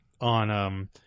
on